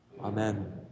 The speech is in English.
Amen